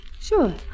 Sure